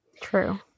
True